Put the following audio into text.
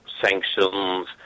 sanctions